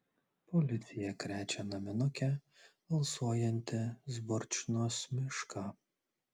policija krečia naminuke alsuojantį zborčiznos mišką